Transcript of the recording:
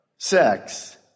Sex